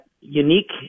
unique